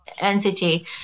entity